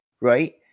Right